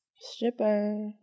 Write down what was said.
stripper